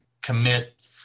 commit